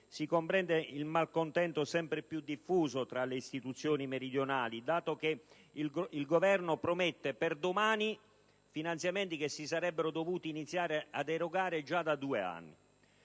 si comprende il malcontento sempre più diffuso tra le istituzioni meridionali dato che il Governo promette per domani finanziamenti che si sarebbe dovuto iniziare ad erogare già da due anni.